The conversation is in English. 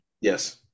Yes